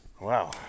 Wow